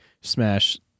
smash